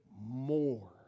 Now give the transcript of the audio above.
more